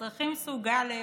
אזרחים סוג א'